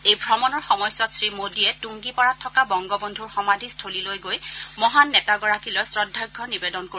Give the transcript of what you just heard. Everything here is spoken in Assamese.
এই ভ্ৰমণৰ সময়ছোৱাত শ্ৰীমোডীয়ে তৃংগীপাৰাত থকা বংগবন্ধুৰ সমাধিস্থলীলৈ গৈ মহান নেতাগৰাকীলৈ শ্ৰদ্ধাৰ্য্য নিবেদন কৰিব